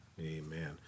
Amen